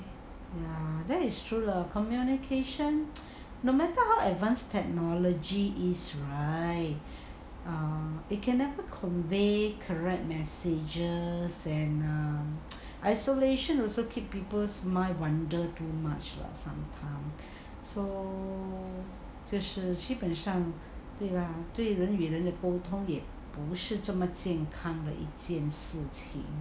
ya that is true lah communication no matter how advanced technology is right um it cannot convey correct messages and err isolation also keep people's mind wonder too much lah sometimes so 这是基本上对 lah 对人与人沟通也不是这么健康的一件事情